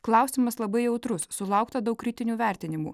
klausimas labai jautrus sulaukta daug kritinių vertinimų